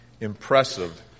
Impressive